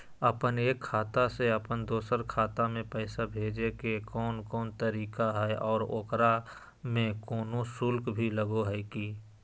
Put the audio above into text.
अपन एक खाता से अपन दोसर खाता में पैसा भेजे के कौन कौन तरीका है और ओकरा में कोनो शुक्ल भी लगो है की?